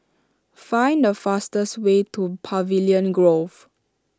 find the fastest way to Pavilion Grove